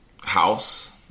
house